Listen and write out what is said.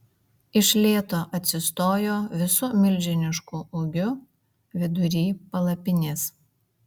iš lėto atsistojo visu milžinišku ūgiu vidury palapinės